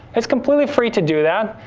it's completely free to do that,